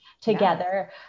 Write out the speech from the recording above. together